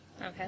Okay